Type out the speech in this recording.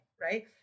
Right